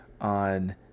on